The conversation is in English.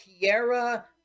Tierra